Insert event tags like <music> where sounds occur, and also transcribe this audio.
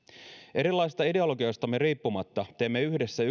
erilaisista ideologioistamme riippumatta teemme yhdessä <unintelligible>